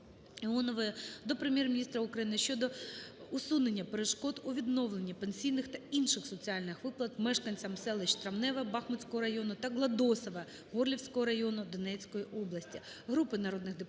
Іонової) до Прем'єр-міністра України щодо усунення перешкод у відновленні пенсійних та інших соціальних виплат мешканцям селищ Травневе Бахмутського району та Гладосове Горлівського району Донецької області.